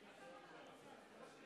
פשוט: מדינה שאין בה